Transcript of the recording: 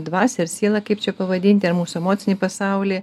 dvasią ar sielą kaip čia pavadinti ar mūsų emocinį pasaulį